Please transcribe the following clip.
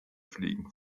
fliegen